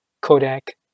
Kodak